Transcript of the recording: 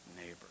neighbor